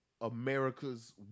America's